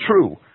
true